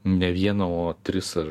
ne vieną o tris ar